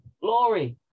Glory